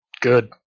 Good